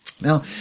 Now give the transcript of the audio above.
Now